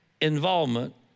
involvement